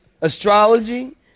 Astrology